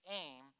aim